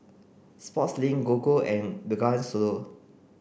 Sportslink Gogo and Bengawan Solo